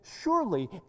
surely